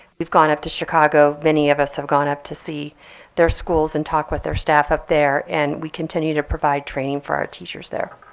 we've gone up to chicago. many of us have gone up to see their schools and talk with their staff up there. and we continue to provide training for our teachers there.